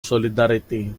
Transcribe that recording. solidarity